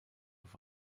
auf